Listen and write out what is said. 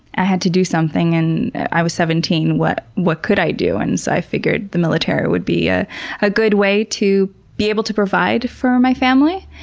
i had to do something. and i was seventeen, what what could i do? and so i figured the military would be a ah good way to be able to provide for my family,